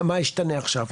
מה השתנה עכשיו.